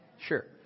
Sure